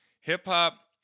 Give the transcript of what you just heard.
hip-hop